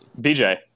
BJ